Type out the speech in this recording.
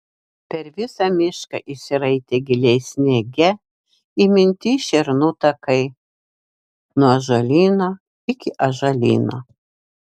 per visą mišką išsiraitė giliai sniege įminti šernų takai nuo ąžuolyno iki ąžuolyno